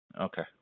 Okay